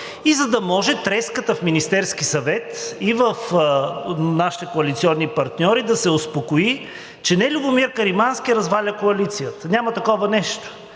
и за да може треската в Министерски съвет и в нашите коалиционни партньори да се успокои, че не Любомир Каримански разваля коалицията. Няма такова нещо.